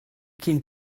cyn